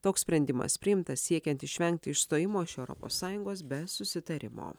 toks sprendimas priimtas siekiant išvengti išstojimo iš europos sąjungos be susitarimo